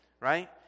Right